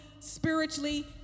spiritually